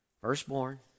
firstborn